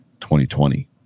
2020